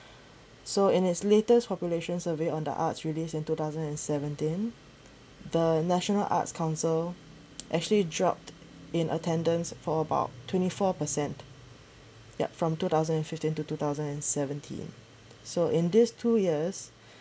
so in his latest population survey on the arts released in two thousand and seventeen the national arts council actually dropped in attendance for about twenty four percent yup from two thousand and fifteen to two thousand and seventeen so in this two years